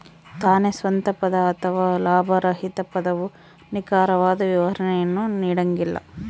ತಾನೇ ಸ್ವಂತ ಪದ ಅಥವಾ ಲಾಭರಹಿತ ಪದವು ನಿಖರವಾದ ವಿವರಣೆಯನ್ನು ನೀಡಂಗಿಲ್ಲ